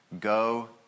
Go